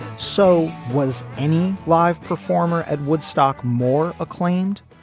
so was any live performer at woodstock more acclaimed.